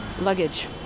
luggage